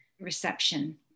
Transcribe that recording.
reception